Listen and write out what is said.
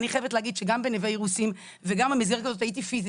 אני חייבת להגיד שגם ב- "נווה אירוסים" וגם במסגרת הזאת הייתי פיזית.